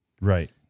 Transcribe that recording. Right